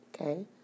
okay